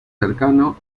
cercano